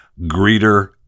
greeter